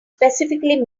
specifically